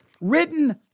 written